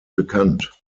bekannt